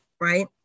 right